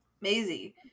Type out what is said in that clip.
Maisie